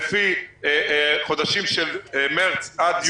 לפי חודשים של מרץ עד יוני.